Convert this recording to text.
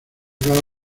cada